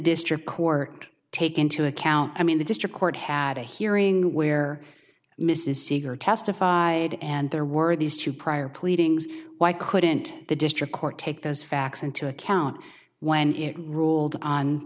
district court take into account i mean the district court had a hearing where mrs seeger testify and there were these two prior pleadings why couldn't the district court take those facts into account when it ruled on